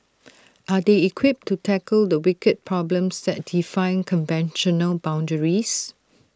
are they equipped to tackle the wicked problems that defy conventional boundaries